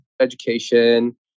education